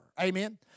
Amen